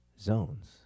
zones